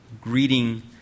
Greeting